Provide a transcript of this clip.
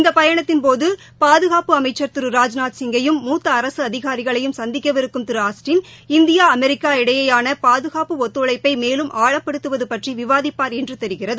இந்த பயணத்தின்போது பாதுகாப்பு திரு ராஜ்நாத்சிங்கையும் மூத்த அரசு அதினரிகளையும் சந்திக்கவிருக்கும் திரு ஆஸ்டின் இந்தியா அமெரிக்கா இடையேயாள பாதுகாப்பு ஒத்துழைப்பை மேலும் ஆழப்படுத்துவது பற்றி விவாதிப்பார் என்று தெிகிறது